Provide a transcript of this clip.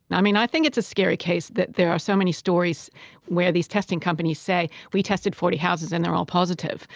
and i mean i think it's a scary case that there are so many stories where these testing companies say we tested forty houses and they're all positive.